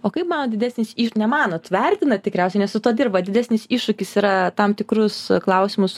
o kaip manot didesnis ne manot vertinat tikriausiai nes su tuo dirbat didesnis iššūkis yra tam tikrus klausimus